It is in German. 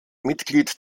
mitglied